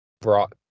brought